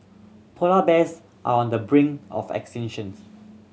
polar bears are on the brink of extinctions